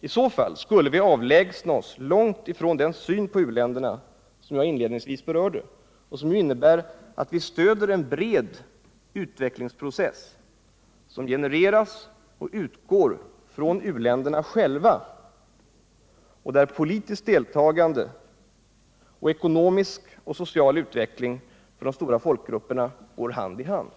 I så fall skulle vi nämligen avlägsna oss långt från den syn på u-länderna som jag inledningsvis berörde och som innebär att vi stöder en bred utvecklingsprocess, som genereras och utgår från u-länderna själva och. där politiskt deltagande och ekonomisk och social utveckling för de stora folkgrupperna går hand i hand.